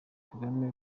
kagame